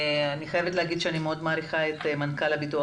אני חייבת להגיד שאני מאוד מעריכה את מנכ"ל הביטוח